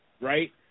right